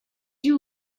you